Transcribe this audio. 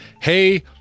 hey